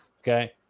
okay